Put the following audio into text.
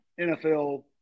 NFL